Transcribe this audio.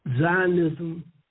Zionism